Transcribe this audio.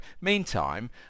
meantime